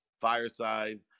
fireside